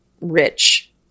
rich